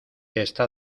está